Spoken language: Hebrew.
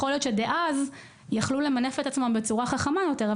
יכול להיות שאז הם יכלו למנף את עצמם בצורה חכמה יותר.